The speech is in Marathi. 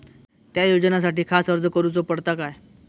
त्या योजनासाठी खास अर्ज करूचो पडता काय?